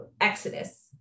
exodus